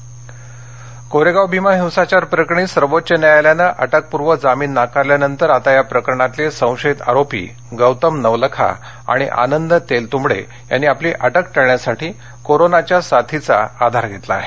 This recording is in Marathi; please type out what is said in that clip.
कोरेगाव कोरेगाव भीमा हिंसाचार प्रकरणी सर्वोच्च न्यायालयानं अटकपूर्व जामीन नाकारल्यानंतर आता या प्रकरणातले संशयित आरोपी गौतम नवलखा आणि आनंद तेलतुंबडे यांनी आपली अटक टाळण्यासाठी कोरोनाच्या साथीचा आधार घेतला आहे